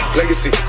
legacy